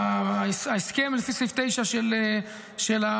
ההסכם לפי סעיף 9 של הנובה.